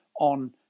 on